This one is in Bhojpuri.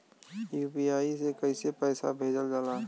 यू.पी.आई से कइसे पैसा भेजल जाला?